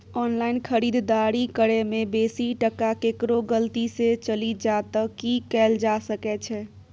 Online खरीददारी करै में बेसी टका केकरो गलती से चलि जा त की कैल जा सकै छै?